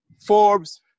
Forbes